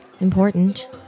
important